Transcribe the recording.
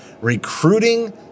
recruiting